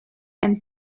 end